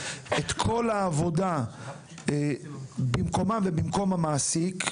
את כל העבודה במקומם ובמקום המעסיק,